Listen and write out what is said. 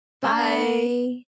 Bye